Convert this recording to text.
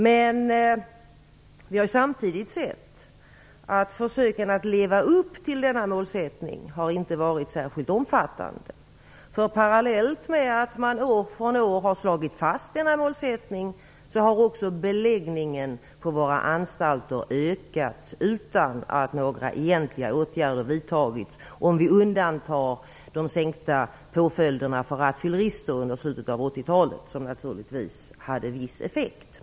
Men vi har samtidigt sett att försöken att leva upp till denna målsättning inte har varit särskilt omfattande. Parallellt med att man år från år slagit fast denna målsättning har beläggningen på våra anstalter ökat utan att några egentliga åtgärder vidtagits - med undantag av de sänkta påföljderna för rattfyllerister under slutet av 80-talet, vilka naturligtvis hade en viss effekt.